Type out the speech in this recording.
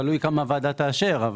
תלוי כמה הוועדה תאשר.